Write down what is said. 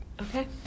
Okay